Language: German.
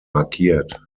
markiert